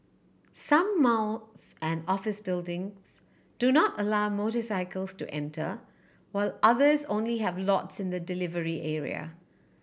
some malls and office buildings do not allow motorcycles to enter while others only have lots in the delivery area